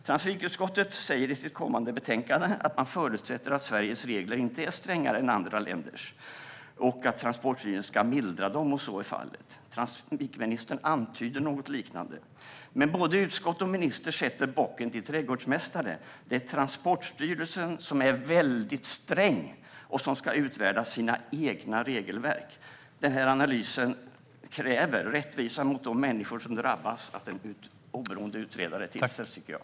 Trafikutskottet säger i sitt kommande betänkande att man förutsätter att Sveriges regler inte är strängare än andra länders och att Transportstyrelsen ska mildra dem om så är fallet. Trafikministern antyder något liknande. Men både utskottet och ministern sätter bocken till trädgårdsmästare då det är Transportstyrelsen, som är väldigt sträng, som ska utvärdera sina egna regelverk. Denna analys kräver rättvisa för de människor som drabbas och att en oberoende utredare tillsätts.